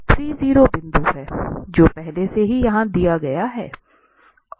तो 30 बिंदु है जो पहले से ही यहां दिया गया है